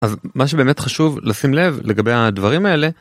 אז מה שבאמת חשוב לשים לב לגבי הדברים האלה